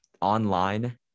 online